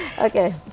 Okay